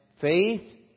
faith